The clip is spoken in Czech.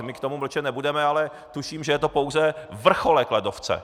My k tomu mlčet nebudeme, ale tuším, že je to pouze vrcholek ledovce!